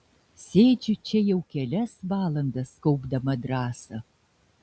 sėdžiu čia jau kelias valandas kaupdama drąsą